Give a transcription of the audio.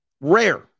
Rare